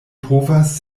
povas